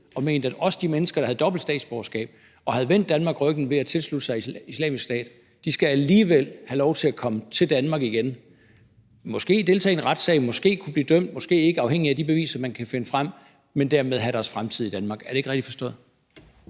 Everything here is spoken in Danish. har ment, at også de mennesker, der havde dobbelt statsborgerskab og havde vendt Danmark ryggen ved at tilslutte sig Islamisk Stat, alligevel skal have lov til at komme til Danmark igen og måske deltage i en retssag og måske eller måske ikke blive dømt, afhængigt af de beviser, man kan finde frem, men dermed have deres fremtid i Danmark. Er det ikke rigtigt forstået?